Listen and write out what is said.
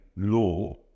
law